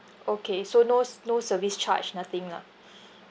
okay so no s~ no service charge nothing lah